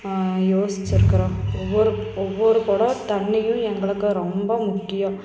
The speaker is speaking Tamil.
யோசிச்சுருக்குறோம் ஒவ்வொரு ஒவ்வொரு குடம் தண்ணியும் எங்களுக்கு ரொம்ப முக்கியம்